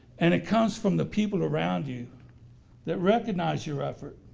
and it comes from the people around you that recognize your effort